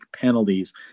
penalties